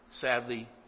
sadly